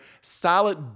solid